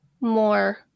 more